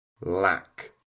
lack